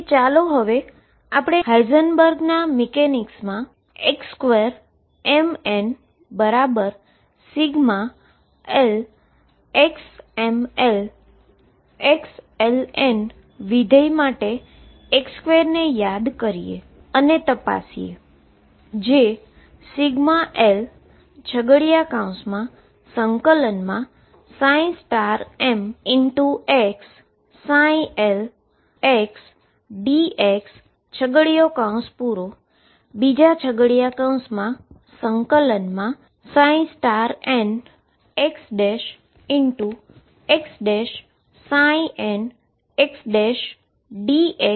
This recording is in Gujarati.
તેથી ચાલો હવે આપણે હાઈઝનબર્ગના મિકેનિક્સમાં xmn2lxmlxln ફંક્શન માટે x2 ને યાદ કરીએ અને તપાસીએ